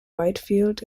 whitefield